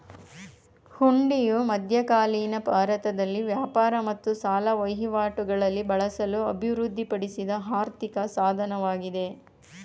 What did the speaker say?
ಹುಂಡಿಯು ಮಧ್ಯಕಾಲೀನ ಭಾರತದಲ್ಲಿ ವ್ಯಾಪಾರ ಮತ್ತು ಸಾಲ ವಹಿವಾಟುಗಳಲ್ಲಿ ಬಳಸಲು ಅಭಿವೃದ್ಧಿಪಡಿಸಿದ ಆರ್ಥಿಕ ಸಾಧನವಾಗಿದೆ